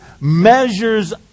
measures